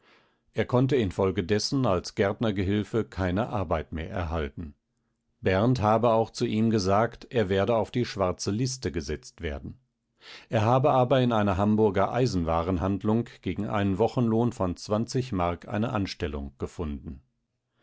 er konnte infolgedessen als gärtnergehilfe keine arbeit mehr erhalten berndt habe auch zu ihm gesagt er werde auf die schwarze liste gesetzt werden er habe aber in einer hamburger eisenwarenhandlung gegen einen wochenlohn von mark eine anstellung gefunden